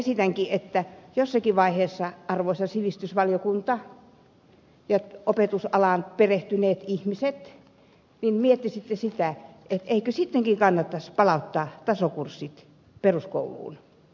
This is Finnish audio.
minä esitänkin että jossakin vaiheessa arvoisa sivistysvaliokunta ja opetusalaan perehtyneet ihmiset miettisitte sitä että eikö sittenkin kannattaisi palauttaa tasokurssit peruskouluun